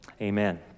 Amen